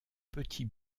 petit